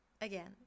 Again